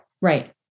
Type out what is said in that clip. right